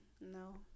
no